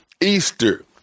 Easter